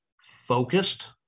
focused